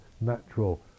natural